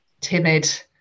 timid